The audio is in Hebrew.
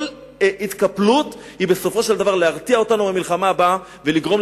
כל התקפלות היא בסופו של דבר להרתיע אותנו במלחמה הבאה ולגרום,